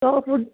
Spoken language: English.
so food